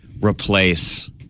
replace